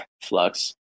Flux